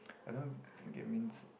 I don't think it means